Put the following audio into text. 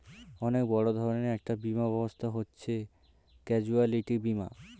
অনেক বড় ধরনের একটা বীমা ব্যবস্থা হচ্ছে ক্যাজুয়ালটি বীমা